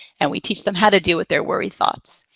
and we teach them how to deal with their worry thoughts.